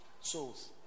souls